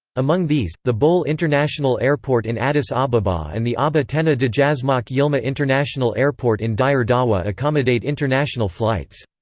among these, the bole international airport in addis ababa and the aba tenna dejazmach yilma international airport in dire dawa accommodate international flights.